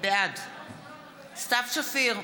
בעד סתיו שפיר,